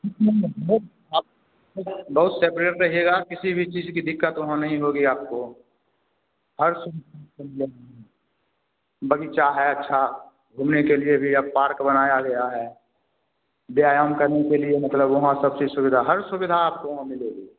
आप बहुत सेपरेट रहिएगा किसी भी चीज की दिक्कत वहाँ नहीं होगी आपको हर बगीचा है अच्छा घूमने के लिए भी अब पार्क बनाया गया है व्यायाम करने के लिए मतलब वहाँ सब चीज सुविधा हर सुविधा आपको वहाँ मिलेगी